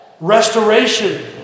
Restoration